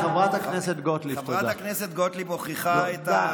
חברת הכנסת גוטליב, תודה.